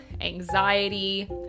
anxiety